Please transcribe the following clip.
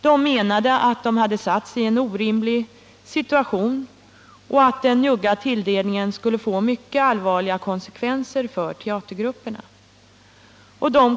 De som ingick i referensgruppen menade att de satts i en orimlig situation och att den njugga tilldelningen skulle få mycket allvarliga konsekvenser för teatergrupperna.